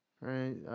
right